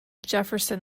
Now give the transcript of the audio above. jefferson